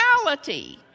reality